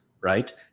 right